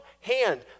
hand